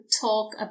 talk